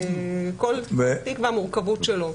כל תיק והמורכבות שלו.